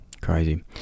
crazy